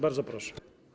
Bardzo proszę.